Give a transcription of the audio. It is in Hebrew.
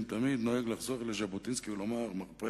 אני תמיד נוהג לחזור לז'בוטינסקי ולומר: מרפא,